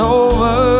over